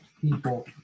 people